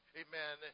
amen